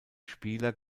spieler